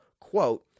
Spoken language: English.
quote